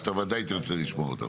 שאתה בוודאי תרצה לשמוע אותם.